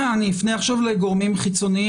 אני אפנה עכשיו לגורמים חיצוניים,